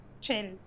Chill